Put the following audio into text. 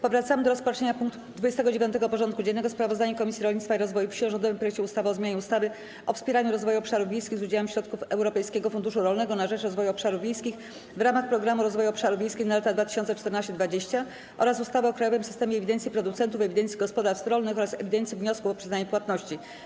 Powracamy do rozpatrzenia punktu 29. porządku dziennego: Sprawozdanie Komisji Rolnictwa i Rozwoju Wsi o rządowym projekcie ustawy o zmianie ustawy o wspieraniu rozwoju obszarów wiejskich z udziałem środków Europejskiego Funduszu Rolnego na rzecz Rozwoju Obszarów Wiejskich w ramach Programu Rozwoju Obszarów Wiejskich na lata 2014–2020 oraz ustawy o krajowym systemie ewidencji producentów, ewidencji gospodarstw rolnych oraz ewidencji wniosków o przyznanie płatności.